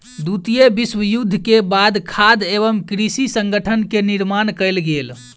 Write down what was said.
द्वितीय विश्व युद्ध के बाद खाद्य एवं कृषि संगठन के निर्माण कयल गेल